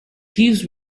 thieves